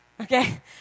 Okay